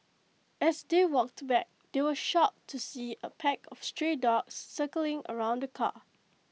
as they walked back they were shocked to see A pack of stray dogs circling around the car